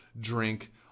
drink